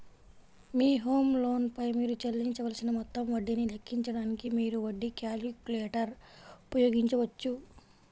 మీ home loan పై మీరు చెల్లించవలసిన మొత్తం వడ్డీని లెక్కించడానికి, మీరు వడ్డీ క్యాలిక్యులేటర్ ఉపయోగించవచ్చు